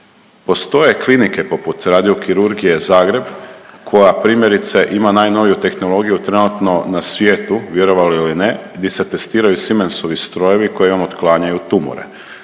Postoje klinike poput Radiokirurgije Zagreb koja primjerice ima najnoviju tehnologiju vjerojvatno na svijetu, vjerovali ili ne gdje se testiraju Simensovi strojevi koji vam otklanjaju tumore.